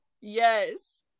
yes